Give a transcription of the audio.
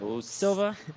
Silva